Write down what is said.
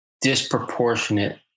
disproportionate